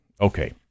Okay